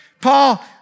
Paul